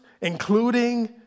including